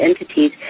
entities